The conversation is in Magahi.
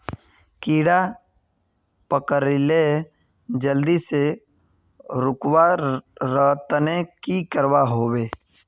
कीड़ा पकरिले जल्दी से रुकवा र तने की करवा होबे?